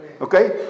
okay